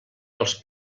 els